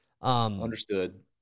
Understood